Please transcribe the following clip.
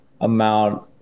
amount